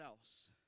else